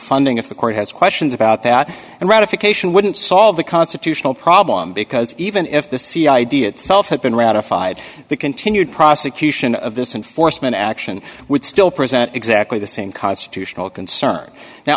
funding if the court has questions about that and ratification wouldn't solve the constitutional problem because even if the c idea itself had been ratified the continued prosecution of this enforcement action would still present exactly the same constitutional concern now